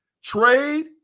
Trade